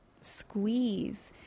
squeeze